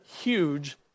huge